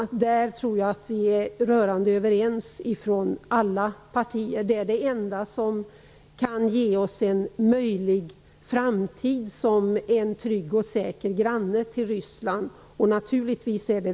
I det avseendet tror jag att vi är rörande överens från alla partier. Det är det enda som kan ge oss en möjlighet att i framtiden tryggt och säkert leva som grannar till Ryssland.